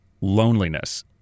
Loneliness